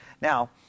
Now